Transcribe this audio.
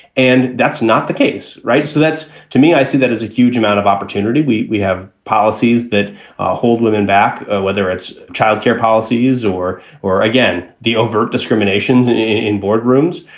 and that's not the case. right. so that's to me, i see that as a huge amount of opportunity. we we have policies that hold women back, whether it's child care policies or or, again, the overt discrimination in boardrooms.